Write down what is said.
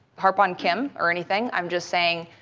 harp on kim or anything. i'm just saying,